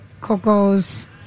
Coco's